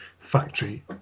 factory